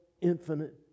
infinite